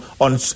on